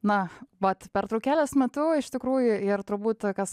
na vat pertraukėlės metu iš tikrųjų ir turbūt kas